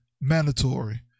mandatory